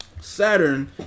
saturn